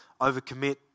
overcommit